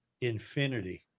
Infinity